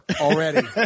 already